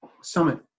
summit